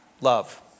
love